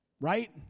right